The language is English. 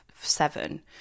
seven